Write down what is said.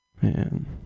Man